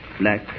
Black